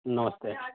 नमस्ते